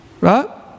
Right